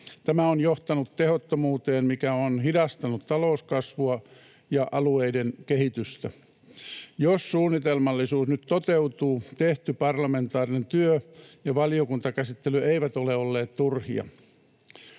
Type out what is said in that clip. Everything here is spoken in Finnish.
Tämä on johtanut tehottomuuteen, mikä on hidastanut talouskasvua ja alueiden kehitystä. Jos suunnitelmallisuus nyt toteutuu, tehty parlamentaarinen työ ja valiokuntakäsittely eivät ole olleet turhia.